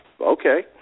okay